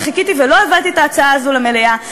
וחיכיתי ולא הבאתי את ההצעה הזאת למליאה,